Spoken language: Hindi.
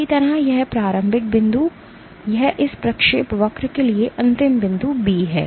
इसी तरह यह प्रारंभिक बिंदु है यह इस प्रक्षेपवक्र के लिए अंतिम बिंदु बी है